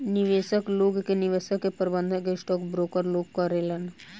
निवेशक लोग के निवेश के प्रबंधन स्टॉक ब्रोकर लोग करेलेन